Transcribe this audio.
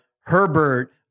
Herbert